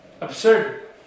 absurd